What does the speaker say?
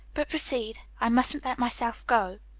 but, proceed! i mustn't let myself go.